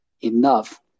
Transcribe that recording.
enough